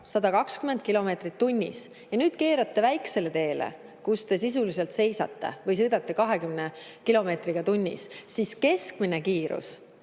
tunnis ja nüüd keerate väikesele teele, kus te sisuliselt seisate või sõidate 20 kilomeetrit tunnis, siis keskmine kiirus